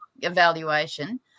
evaluation